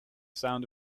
sound